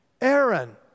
Aaron